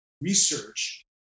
research